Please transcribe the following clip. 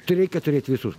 tai reikia turėt visus